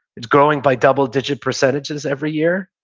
it's growing by double digit percentages every year.